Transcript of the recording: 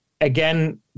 again